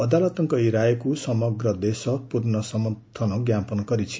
ଅଦାଲତଙ୍କ ଏହି ରାୟକୁ ସମଗ୍ର ଦେଶ ସର୍ବାନ୍ତକରଣରେ ସମର୍ଥନ ଜ୍ଞାପନ କରିଛି